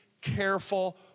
careful